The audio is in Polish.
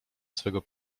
swego